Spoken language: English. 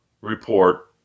report